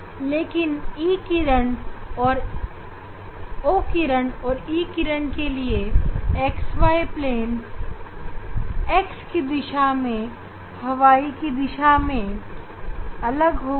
लेकिन x y plane के लिए O किरण और E किरण की वेलोसिटी अलग होगी